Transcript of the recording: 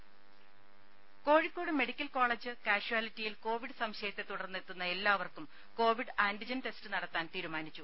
രുദ Kozhikode medical college കാഷ്വാലിറ്റിയിൽ Covid സംശയത്തെത്തുടർന്ന് എത്തുന്ന എല്ലാവർക്കും കോവിഡ് ആന്റിജൻ ടെസ്റ്റ് നടത്താൻ തീരുമാനിച്ചു